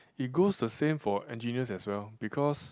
is goes to same for engineers as well because